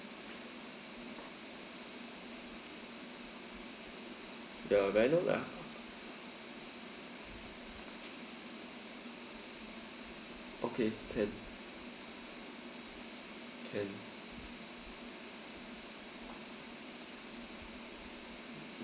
ya may I know like h~ okay can can